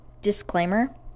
disclaimer